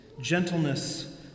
gentleness